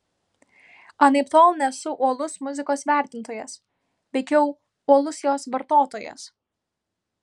anaiptol nesu uolus muzikos vertintojas veikiau uolus jos vartotojas